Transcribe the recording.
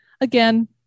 Again